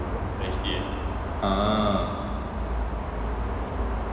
ah